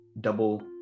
double